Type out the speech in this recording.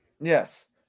Yes